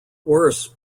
worse